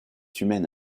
humaine